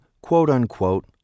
quote-unquote